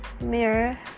mirror